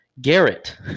Garrett